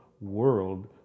world